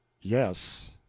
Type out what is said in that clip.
Yes